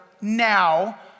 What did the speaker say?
now